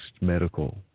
medical